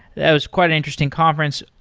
that was quite an interesting conference.